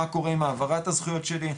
מה קורה עם העברת הזכויות שלי,